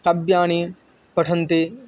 काव्यानि पठन्ति